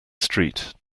street